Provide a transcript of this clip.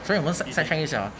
所以 one such session 以下